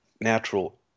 natural